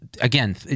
again